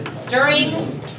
stirring